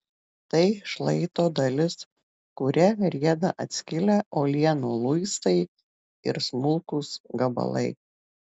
tai šlaito dalis kuria rieda atskilę uolienų luistai ir smulkūs gabalai